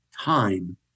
time